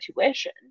tuition